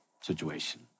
situation